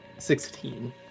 Sixteen